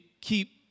keep